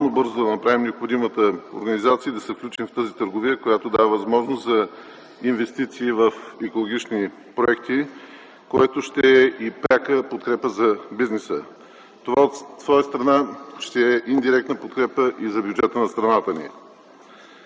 бързо да направим необходимата организация и да се включим в тази търговия, която дава възможност за инвестиции в екологични проекти, което ще е и пряка подкрепа за бизнеса. Това от своя страна ще е индиректна подкрепа и за бюджета на страната ни.